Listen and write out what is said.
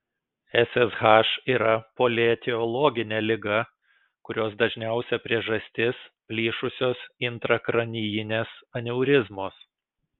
ssh yra polietiologinė liga kurios dažniausia priežastis plyšusios intrakranijinės aneurizmos